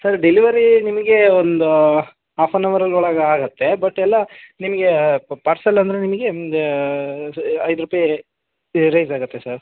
sir delivery ನಿಮ್ಗೆ ಒಂದು half an ಅವರಲ್ಲಿ ಒಳಗೆ ಆಗುತ್ತೆ ಬಟ್ ಎಲ್ಲ ನಿಮ್ಗೆ ಪಾರ್ಸಲ್ ಅಂದರೆ ನಿಮಗೆ ಒಂದು ಐದು ರೂಪಾಯಿ ರೈಝಾಗುತ್ತೆ ಸರ್